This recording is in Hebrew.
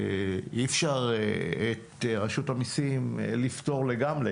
אי אפשר את רשות המיסים לפטור לגמרי.